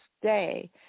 stay